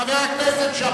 חבר הכנסת אקוניס.